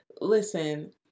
Listen